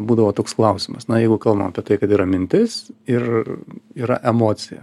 būdavo toks klausimas na jeigu kalbam apie tai kad yra mintis ir yra emocija